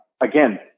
Again